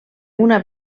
una